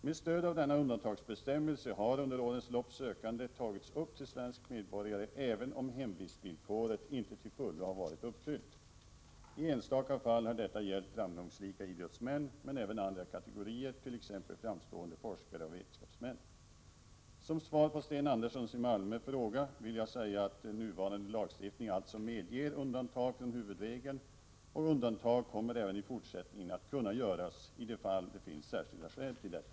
Med stöd av denna undantagsbestämmelse har under årens lopp sökande tagits upp till svenska medborgare även om hemvistsvillkoret inte till fullo har varit uppfyllt. I enstaka fall har detta gällt framgångsrika idrottsmän men även andra kategorier t.ex. framstående forskare och vetenskapsmän. Som svar på Sten Anderssons i Malmö fråga vill jag säga att nuvarande lagstiftning alltså medger undantag från huvudregeln, och undantag kommer även i fortsättningen att kunna göras i de fall det finns särskilda skäl till detta.